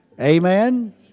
Amen